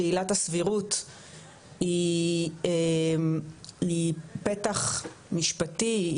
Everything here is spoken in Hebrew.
שעילת הסבירות היא פתח משפטי,